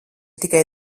tikai